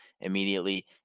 immediately